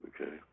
okay